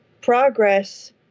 progress